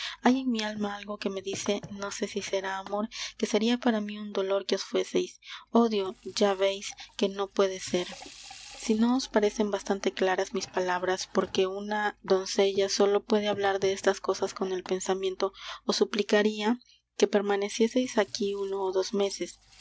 hay en mi alma algo que me dice no sé si será amor que seria para mí un dolor que os fueseis odio ya veis que no puede ser si no os parecen bastante claras mis palabras porque una doncella sólo puede hablar de estas cosas con el pensamiento os suplicaria que permanecieseis aquí uno ó dos meses